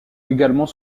également